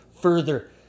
further